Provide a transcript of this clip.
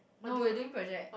no we were doing project